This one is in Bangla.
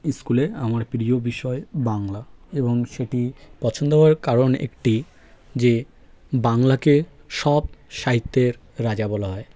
স্কুলে আমার প্রিয় বিষয় বাংলা এবং সেটি পছন্দ হওয়ার কারণ একটি যে বাংলাকে সব সাহিত্যের রাজা বলা হয়